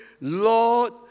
Lord